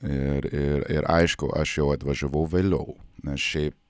ir ir ir aišku aš jau atvažiavau vėliau nes šiaip